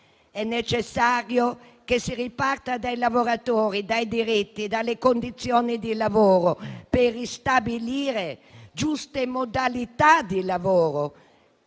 È necessario che si riparta dai lavoratori, dai diritti, dalle condizioni di lavoro, per ristabilire giuste modalità di lavoro,